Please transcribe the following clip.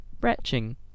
retching